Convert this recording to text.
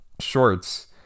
shorts